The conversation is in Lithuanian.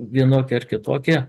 vienokie ar kitokie